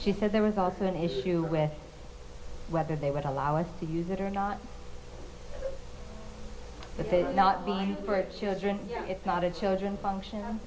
she says there was also an issue with whether they would allow us to use it or not it's not a children function